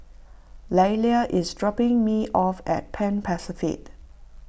Lelia is dropping me off at Pan Pacific